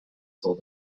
told